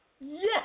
Yes